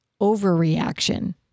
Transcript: overreaction